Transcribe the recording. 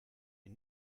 ihn